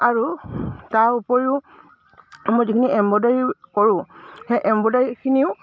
আৰু তাৰ উপৰিও মই যিখিনি এম্ব্ৰইডাৰী কৰোঁ সেই এম্ব্ৰইডাৰীখিনিও